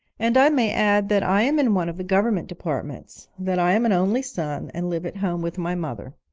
and i may add that i am in one of the government departments that i am an only son, and live at home with my mother.